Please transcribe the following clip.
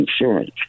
insurance